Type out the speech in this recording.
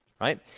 right